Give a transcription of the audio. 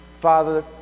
Father